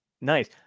Nice